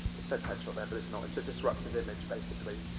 it says headshot there, but it's not, it's the disruptive image, basically.